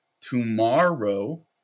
tomorrow